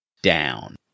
Down